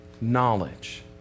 knowledge